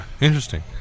Interesting